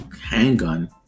handgun